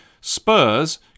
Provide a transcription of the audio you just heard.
Spurs